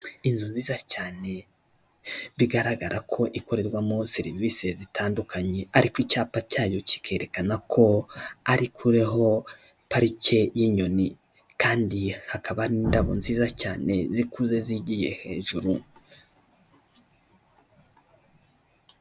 Inzu nziza cyane bigaragara ko ikorerwamo serivisi zitandukanye, ariko icyapa cyayo kikerekana ko ari kureho parike y'inyoni, kandi hakaba n'indabo nziza cyane zikuze zigiye hejuru.